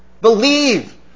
Believe